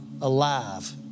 alive